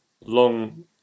long